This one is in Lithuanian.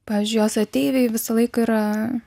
pavyzdžiui jos ateiviai visą laiką yra